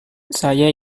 saya